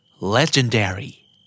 Legendary